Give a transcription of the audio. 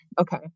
okay